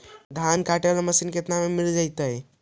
धान काटे वाला मशीन केतना में मिल जैतै?